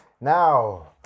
Now